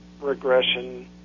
regression